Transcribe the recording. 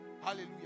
hallelujah